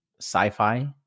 sci-fi